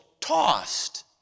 tossed